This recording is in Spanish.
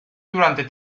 durante